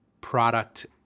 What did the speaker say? product